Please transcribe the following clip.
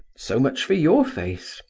so much for your face.